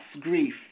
grief